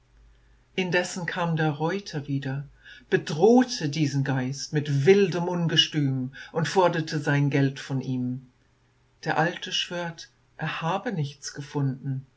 indessen kam der reuter wieder bedrohte diesen greis mit wildem ungestüm und forderte sein geld von ihm der alte schwört er habe nichts gefunden